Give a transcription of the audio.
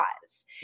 cause